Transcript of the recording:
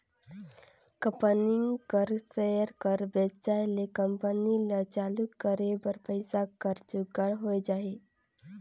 company कर share कर बेंचाए ले कंपनी ल चालू करे बर पइसा कर जुगाड़ होए जाही